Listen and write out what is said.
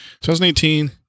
2018